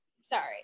Sorry